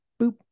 Boop